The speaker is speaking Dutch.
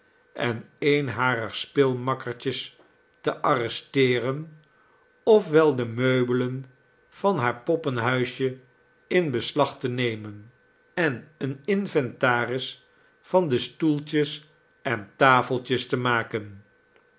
en een harer speelmakkertjes te arresteeren ofwelde meubelen van haar poppenhuisje in beslag te nemen en een inventaris van de stoeltjes en tafeltjes te maken